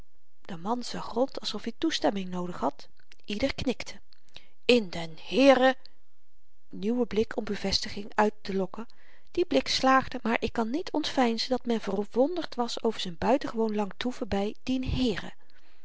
de man zag rond alsof i toestemming noodig had ieder knikte in den heere nieuwe blik om bevestiging uittelokken die blik slaagde maar ik kan niet ontveinzen dat men verwonderd was over z'n buitengewoon lang toeven by dien heere